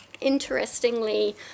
Interestingly